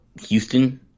Houston